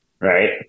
right